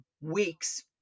weeks